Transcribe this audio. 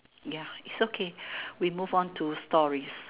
ya it's okay we move on to stories